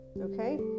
okay